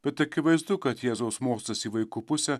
bet akivaizdu kad jėzaus mostas į vaikų pusę